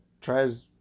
tries